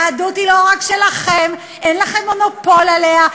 היהדות היא לא רק שלכם, אין לכם מונופול עליה.